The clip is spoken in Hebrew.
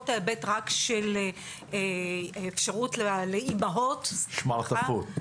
ההיבט רק של אפשרות לאימהות --- שמרטפות,